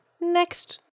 next